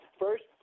First